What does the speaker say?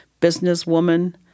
businesswoman